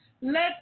Let